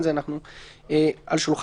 בנוסף לזה, כשנגיע בהמשך